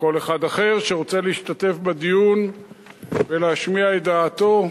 וכל אחד אחר שרוצה להשתתף בדיון ולהשמיע את דעתו.